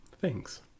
Thanks